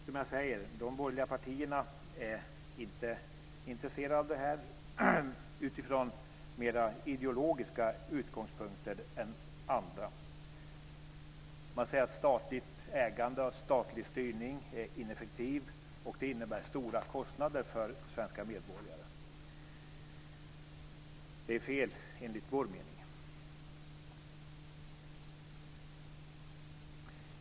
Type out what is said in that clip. Som jag sade är de borgerliga partierna inte intresserade av detta utifrån mer ideologiska utgångspunkter än andra. De säger att statligt ägande och statlig styrning är ineffektivt och innebär stora kostnader för svenska medborgare. Det är enligt vår mening fel.